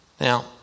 Now